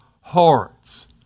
hearts